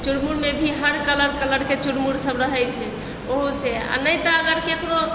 चुरमुर मे भी हर कलर के चुरमुर सब रहै छै ओहो से आ नहि तऽ अगर ककरो